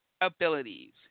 abilities